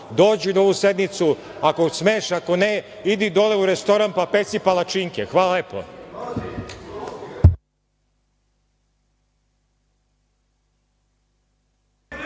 dođi na ovu sednicu, ako smeš, ako ne, idi dole u restoran pa peci palačinke. Hvala lepo.